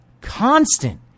constant